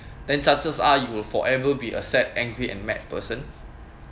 then chances are you will forever be a sad angry and mad person